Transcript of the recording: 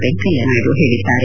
ವೆಂಕಯ್ಯನಾಯ್ತು ಹೇಳಿದ್ದಾರೆ